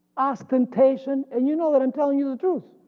ostentation, and you know that i'm telling you the truth,